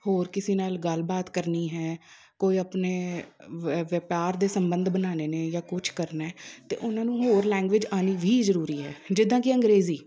ਹੋਰ ਕਿਸੇ ਨਾਲ ਗੱਲਬਾਤ ਕਰਨੀ ਹੈ ਕੋਈ ਆਪਣੇ ਵੈ ਵਪਾਰ ਦੇ ਸੰਬੰਧ ਬਣਾਉਣੇ ਨੇ ਜਾਂ ਕੁਛ ਕਰਨਾ ਹੈ ਤਾਂ ਉਹਨਾਂ ਨੂੰ ਹੋਰ ਲੈਂਗੁਏਜ਼ ਆਉਣੀ ਵੀ ਜ਼ਰੂਰੀ ਹੈ ਜਿੱਦਾਂ ਕਿ ਅੰਗਰੇਜ਼ੀ